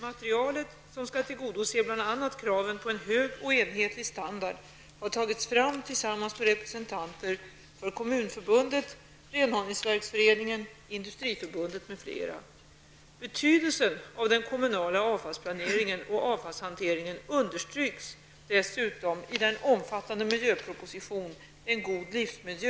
Materialet som skall tillgodose bl.a. kraven på en hög och enhetlig standard har tagits fram tillsammans med representanter för Kommunförbundet, Betydelsen av den kommunala avfallsplaneringen och avfallshanteringen understryks i den omfattande miljöproposition, En god livsmiljö